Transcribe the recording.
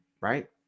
right